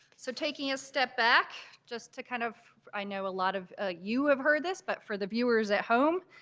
so taking a step back just to kind of i know a lot of ah you have heard this but for the viewers at home,